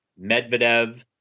Medvedev